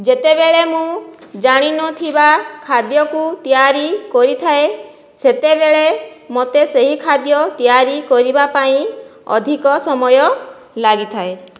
ଯେତେବେଳେ ମୁଁ ଜାଣିନଥିବା ଖାଦ୍ୟକୁ ତିଆରିକରିଥାଏ ସେତେବେଳେ ମୋତେ ସେହି ଖାଦ୍ୟ ତିଆରି କରିବାପାଇଁ ଅଧିକ ସମୟ ଲାଗିଥାଏ